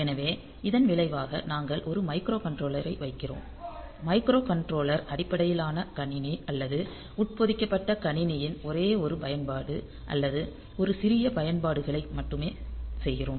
எனவே இதன் விளைவாக நாங்கள் ஒரு மைக்ரோகண்ட்ரோலர்களை வைக்கிறோம் மைக்ரோகண்ட்ரோலர் அடிப்படையிலான கணினி அல்லது உட்பொதிக்கப்பட்ட கணினியில் ஒரே ஒரு பயன்பாடு அல்லது ஒரு சிறிய பயன்பாடுகளை மட்டுமே செய்கிறோம்